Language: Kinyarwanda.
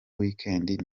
weekend